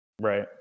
Right